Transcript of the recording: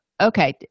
Okay